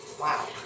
Wow